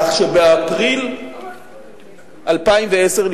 כך שבאפריל 2010,